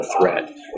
threat